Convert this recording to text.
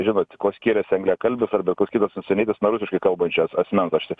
žino tik kuo skiriasi anglakalbis arba kitas užsienietis nuo rusiškai kalbančio asmens aš